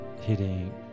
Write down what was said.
hitting